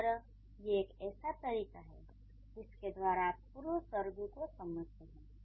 इस तरह ये एक ऐसा तरीका है जिसके द्वारा आप पूर्वसर्ग को समझते हैं